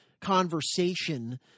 conversation